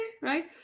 right